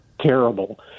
terrible